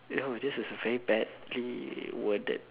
oh this is a very badly worded